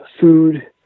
food